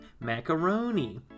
macaroni